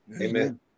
Amen